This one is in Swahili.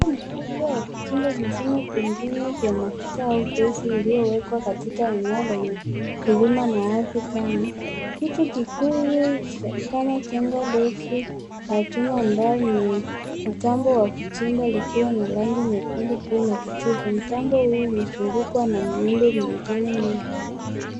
mkubwa wa kuchimba mashimo pengine vya mafuta au gesi uliowekwa katika eneo lenye milima na ardhi kavu. Kitu kikuu kama chuma ndefu la chuma ambayo ni mitambo ya kuchimba likiwa na rangi nyekundu pia ya kijivu. Mitambo hii imezungukwa na miundo mingine mingi.